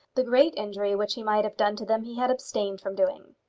the great injury which he might have done to them he had abstained from doing.